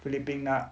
菲律宾的